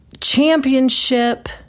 championship